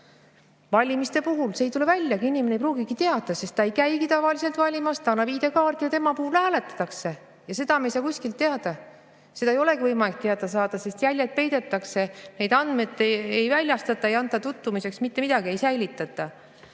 valimiste puhul ei tule see [hääletamine] väljagi, inimene ei pruugigi teada. Ta ei käigi tavaliselt valimas. Aga ta annab ID‑kaardi ja [tema nimel] hääletatakse. Ja seda me ei saa kuskilt teada. Seda ei olegi võimalik teada saada, sest jäljed peidetakse, neid andmeid ei väljastata, ei anta tutvumiseks, mitte midagi ei säilitata.